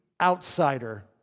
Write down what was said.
outsider